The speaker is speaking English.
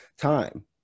time